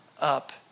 up